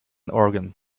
organ